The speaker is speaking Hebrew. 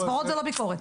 סברות זה לא ביקורת.